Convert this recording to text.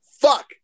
fuck